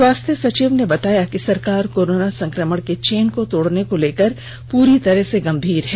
स्वास्थ्य सचिव ने बताया कि सरकार कोरोना संक्रमण के चेन को तोड़ने को लेकर पूरी तरह से गंभीर है